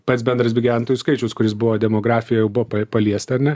pats bendras be gyventojų skaičius kuris buvo demografijoj jau buvo pa paliest ar ne